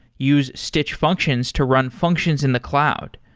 use stitch functions to run functions in the cloud.